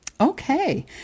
Okay